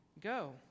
go